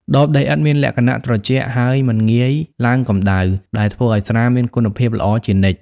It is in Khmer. ដបដីឥដ្ឋមានលក្ខណៈត្រជាក់ ហើយមិនងាយឡើងកម្ដៅ ដែលធ្វើឱ្យស្រាមានគុណភាពល្អជានិច្ច។